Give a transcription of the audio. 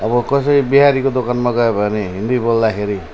अब कसै बिहारीको दोकानमा गयो भने हिन्दी बोल्दाखेरि